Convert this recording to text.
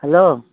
hello